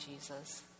Jesus